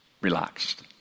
relaxed